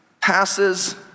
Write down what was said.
passes